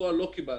בפועל לא קיבלנו